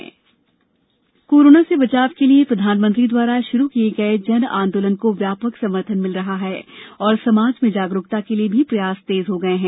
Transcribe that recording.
जन आंदोलन अपील कोरोना से बचाव के लिए प्रधानमंत्री द्वारा शुरू किये गये जन आंदोलन को व्यापक समर्थन मिल रहा है और समाज में जागरूकता के लिए प्रयास तेज हो गये है